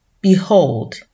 Behold